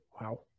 wow